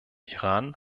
iran